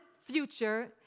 future